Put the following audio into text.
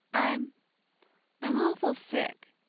i'm i'm awful sick,